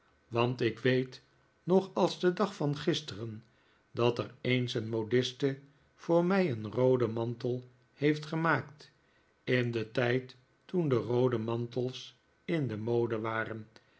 want ik weet nog als de dag van gisteren dat er eens een modiste voor mij een rooden mantel heeft gemaakt in den tijd toen de roode mantels in de mode waren